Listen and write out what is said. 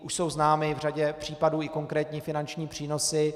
Už jsou známy v řadě případů i konkrétní finanční přínosy.